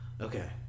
okay